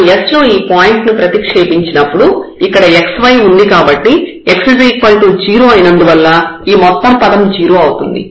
మనం s లో ఈ పాయింట్ ను ప్రతిక్షేపించినప్పుడు ఇక్కడ xy ఉంది కాబట్టి x 0 అయినందువల్ల ఈ మొత్తం పదం 0 అవుతుంది